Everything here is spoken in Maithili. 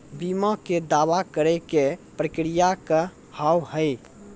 बीमा के दावा करे के प्रक्रिया का हाव हई?